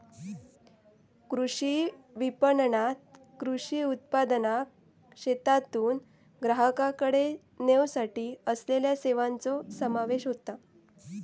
कृषी विपणणात कृषी उत्पादनाक शेतातून ग्राहकाकडे नेवसाठी असलेल्या सेवांचो समावेश होता